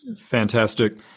Fantastic